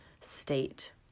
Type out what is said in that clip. state